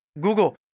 Google